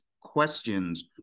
questions